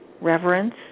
reverence